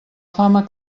fama